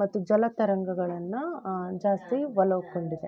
ಮತ್ತು ಜಲತರಂಗಗಳನ್ನು ಜಾಸ್ತಿ ಒಲವು ಕಂಡಿದೆ